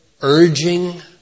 urging